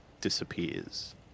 disappears